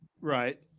right